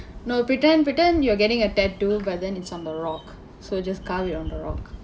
no you pretend pretend you're getting a tattoo but then it's on a rock so just carve it on the rock